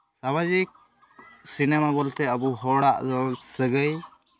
ᱥᱟᱢᱟᱡᱤᱠ ᱥᱤᱱᱮᱢᱟ ᱵᱚᱞᱛᱮ ᱟᱵᱚ ᱦᱚᱲᱟᱜ ᱨᱚᱲ ᱥᱟᱹᱜᱟᱹᱭ